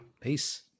Peace